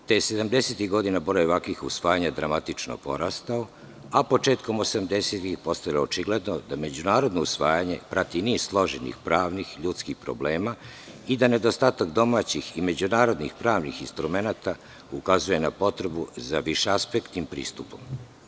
Sedamdesetih godina broj ovakvih usvajanja je dramatično porastao, a početkom osamdesetih postalo je očigledno da međunarodno usvajanje prati niz složenih pravnih ljudskih problema i da nedostatak domaćih i međunarodnih pravnih instrumenata ukazuje na potrebu za višeaspektnim pristupom.